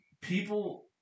people